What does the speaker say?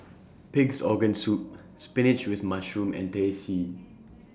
Pig'S Organ Soup Spinach with Mushroom and Teh C